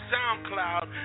SoundCloud